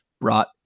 brought